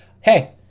hey